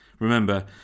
Remember